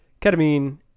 Ketamine